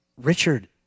Richard